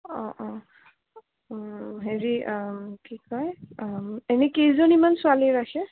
অ' অ' হেৰি কি কয় এনে কেইজনীমান ছোৱালী ৰাখে